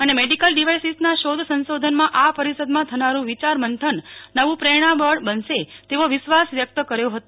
અને મેડીકલ ડિવાઈસીસના શોધ સંશોધનમાં અ અપરીશાદમાં થનાડું વિચારમંથન નવી પ્રેરણાબળ બનશે તેવો વિશ્વાસ વ્યક્ત કર્યો હતો